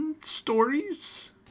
stories